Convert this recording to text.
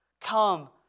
come